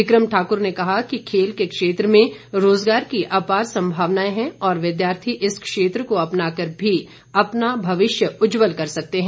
become Thakur ने कहा कि खेल के क्षेत्र में रोजगार की अपार संभावनाएं हैं और विद्यार्थी इस क्षेत्र को अपनाकर भी अपना भविष्य उज्जल कर सकते हैं